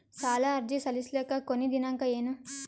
ಸಾಲ ಅರ್ಜಿ ಸಲ್ಲಿಸಲಿಕ ಕೊನಿ ದಿನಾಂಕ ಏನು?